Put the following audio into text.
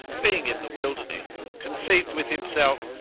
being in the wilderness, conceived with himself,